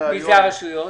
מי רשויות?